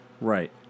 right